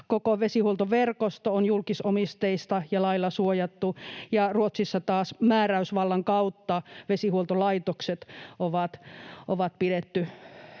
koko vesihuoltoverkosto on julkisomisteista ja lailla suojattu, ja Ruotsissa taas määräysvallan kautta vesihuoltolaitokset on pidetty